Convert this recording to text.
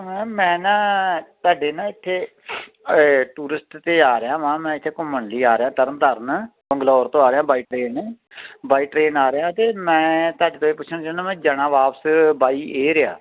ਹਾਂ ਮੈਂ ਨਾ ਤੁਹਾਡੇ ਨਾਲ ਇੱਥੇ ਟੂਰਿਸਟ 'ਤੇ ਆ ਰਿਹਾਂ ਵਾਂ ਮੈਂ ਇੱਥੇ ਘੁੰਮਣ ਲਈ ਆ ਰਿਹਾ ਤਰਨ ਤਾਰਨ ਬੰਗਲੌਰ ਤੋਂ ਆ ਰਿਹਾ ਬਾਏ ਟ੍ਰੇਨ ਬਾਏ ਟ੍ਰੇਨ ਆ ਰਿਹਾਂ ਅਤੇ ਮੈਂ ਤੁਹਾਡੇ ਤੋਂ ਇਹ ਪੁੱਛਣਾ ਚਾਹੁੰਦਾ ਮੈਂ ਜਾਣਾ ਵਾਪਸ ਬਾਈ ਏਅਰ ਆ